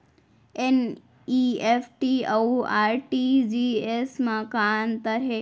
NEFT अऊ RTGS मा का अंतर हे?